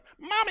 Mommy